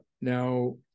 Now